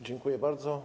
Dziękuję bardzo.